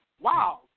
wow